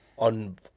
On